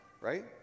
right